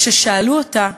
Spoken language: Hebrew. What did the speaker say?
וכששאלו אותה